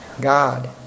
God